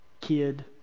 kid